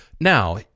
Now